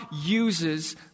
uses